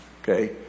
Okay